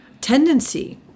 tendency